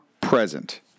present